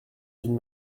d’une